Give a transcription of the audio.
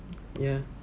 ya